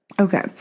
Okay